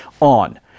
on